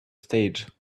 stage